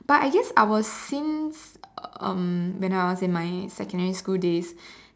but I guess I was since um when I was in my secondary school days